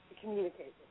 communicate